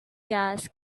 gas